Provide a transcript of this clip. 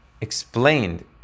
explained